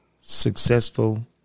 successful